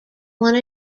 one